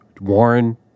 Warren